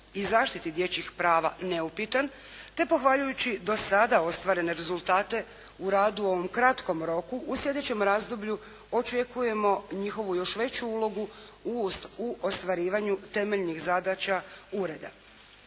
i zaštiti dječjih prava neupitan te pohvaljujući do sada ostvarene rezultate u radu u ovom kratkom roku u sljedećem razdoblju očekujemo njihovu još veću ulogu u ostvarivanju temeljnih zadaća ureda.